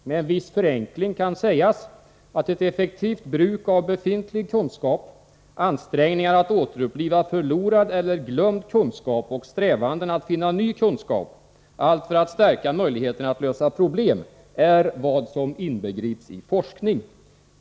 Med en viss förenkling kan sägas, att ett effektivt bruk av befintlig kunskap, ansträngningar att återuppliva förlorad eller glömd kunskap och strävanden att finna ny kunskap -— allt för att stärka möjligheterna att lösa problem — är vad som inbegrips i forskning.